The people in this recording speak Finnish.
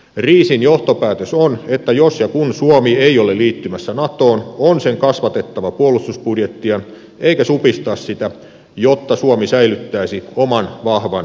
riesin johtopäätös on että jos ja kun suomi ei ole liittymässä natoon on sen kasvatettava puolustusbudjettiaan eikä supistettava sitä jotta suomi säilyttäisi oman vahvan uskottavan puolustuksen